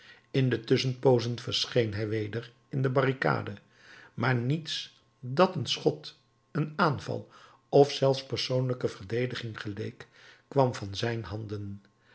in de tusschenpoozen verscheen hij weder in de barricade maar niets dat een schot een aanval of zelfs persoonlijke verdediging geleek kwam van zijn handen